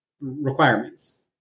requirements